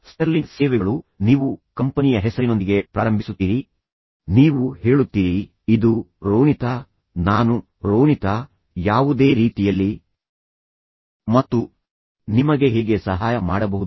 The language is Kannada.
ಆದ್ದರಿಂದ ಸ್ಟರ್ಲಿಂಗ್ ಸೇವೆಗಳು ನೀವು ಕಂಪನಿಯ ಹೆಸರಿನೊಂದಿಗೆ ಪ್ರಾರಂಭಿಸುತ್ತೀರಿ ಶುಭೋದಯ ನೀವು ಶುಭಾಶಯದಿಂದ ಪ್ರಾರಂಭಿಸಿ ಮತ್ತು ನಂತರ ಪರಿಚಯಿಸುತ್ತೀರಿ ನೀವು ಹೇಳುತ್ತೀರಿ ಇದು ರೋನಿತಾ ನಾನು ರೋನಿತಾ ಯಾವುದೇ ರೀತಿಯಲ್ಲಿ ಮತ್ತು ನಂತರ ನಾನು ನಿಮಗೆ ಹೇಗೆ ಸಹಾಯ ಮಾಡಬಹುದು